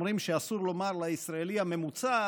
אומרים שאסור לומר "לישראלי הממוצע",